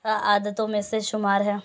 آ عادتوں میں سے شُمار ہے